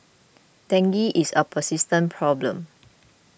dengue is a persistent problem